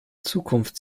zukunft